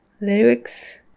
lyrics